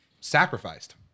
sacrificed